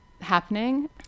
happening